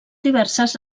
diverses